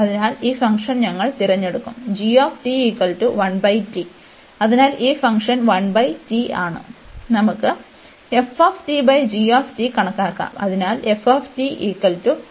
അതിനാൽ ഈ ഫംഗ്ഷൻ ഞങ്ങൾ തിരഞ്ഞെടുക്കും അതിനാൽ ഈ ഫംഗ്ഷൻ 1 t ആണ്